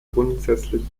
grundsätzlich